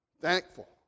Thankful